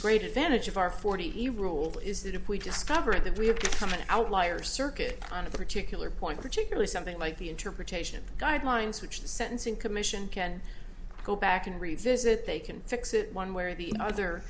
great advantage of our forty rule is that if we discover that we have come an outlier circuit on a particular point particularly something like the interpretation guidelines which the sentencing commission can go back and revisit they can fix it one way or the other